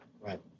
Right